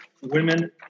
women